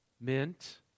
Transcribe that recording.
mint